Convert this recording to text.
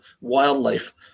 wildlife